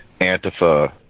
Antifa